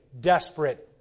desperate